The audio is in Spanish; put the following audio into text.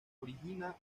origina